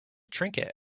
trinket